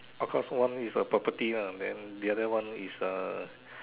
of course one is property lah then the other one is uh